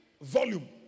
volume